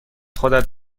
خودت